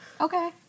Okay